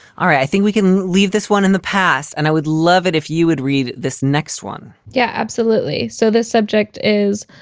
ah i think we can leave this one in the past, and i would love it if you would read this next one yeah, absolutely so the subject is